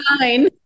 fine